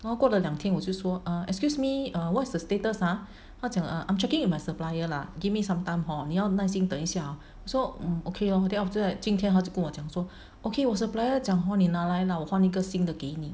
然后过了两天我就说 err excuse me err what's the status ah 他讲 err I'm checking my supplier lah give me some time hor 你要耐心等一下我说 mm okay lor then after that 今天他就跟我讲说 okay 我 supplier 讲 hor 你拿来 lah 我换一个新的给你